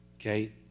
Okay